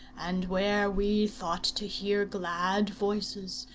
and where we thought to hear glad voices,